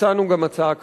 הצענו גם הצעה כזו.